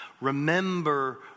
Remember